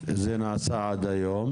עד היום.